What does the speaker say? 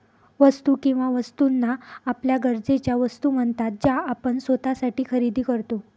वस्तू किंवा वस्तूंना आपल्या गरजेच्या वस्तू म्हणतात ज्या आपण स्वतःसाठी खरेदी करतो